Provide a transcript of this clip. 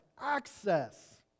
access